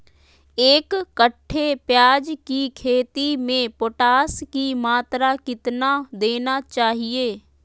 एक कट्टे प्याज की खेती में पोटास की मात्रा कितना देना चाहिए?